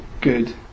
good